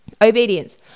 Obedience